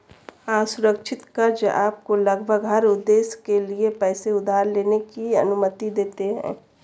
असुरक्षित कर्ज़ आपको लगभग हर उद्देश्य के लिए पैसे उधार लेने की अनुमति देते हैं